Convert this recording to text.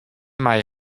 mei